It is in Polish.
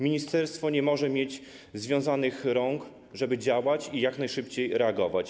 Ministerstwo nie może mieć związanych rąk, żeby działać i jak najszybciej reagować.